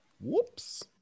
Whoops